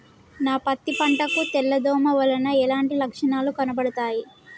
నా పత్తి పంట కు తెల్ల దోమ వలన ఎలాంటి లక్షణాలు కనబడుతాయి?